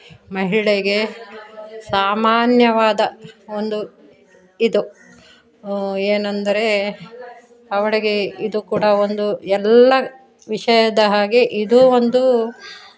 ಮಹಿಳೆಗೆ ಸಾಮಾನ್ಯವಾದ ಒಂದು ಇದು ಏನೆಂದರೆ ಅವಳಿಗೆ ಇದು ಕೂಡ ಒಂದು ಎಲ್ಲ ವಿಷಯದ ಹಾಗೆ ಇದೂ ಒಂದು